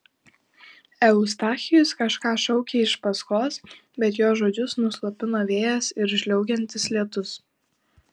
eustachijus kažką šaukė iš paskos bet jo žodžius nuslopino vėjas ir žliaugiantis lietus